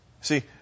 See